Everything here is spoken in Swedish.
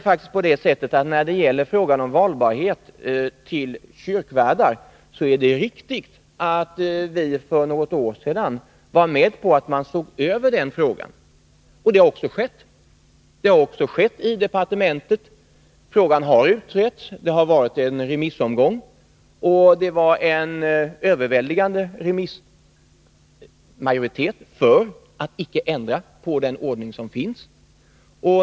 Beträffande frågan om valbarhet till kyrkvärdsuppdrag vill jag säga att det är riktigt att vi för något år sedan var med på att man skulle se över den. Det har också skett. Frågan har utretts i departementet. Det har varit en remissomgång, och det var en överväldigande majoritet för att icke ändra på den ordning som gäller.